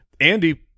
andy